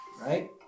right